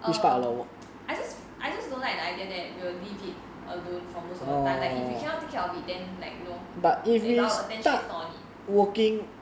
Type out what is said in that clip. err I just I just don't like the idea that we will leave it alone for most of the time like if you cannot take care of it then like you know if our attention is not on it